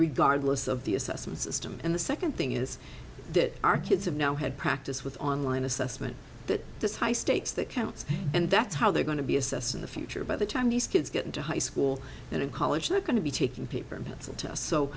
regardless of the assessment system and the second thing is that our kids have now had practice with online assessment that this high stakes that counts and that's how they're going to be assessed in the future by the time these kids get into high school and in college they're going to be taking paper and pencil to us so